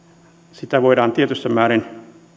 sitä voidaan tietyssä määrin